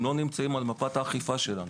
הן לא נמצאות על מפת האכיפה שלנו.